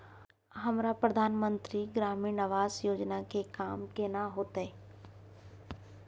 हमरा प्रधानमंत्री ग्रामीण आवास योजना के काम केना होतय?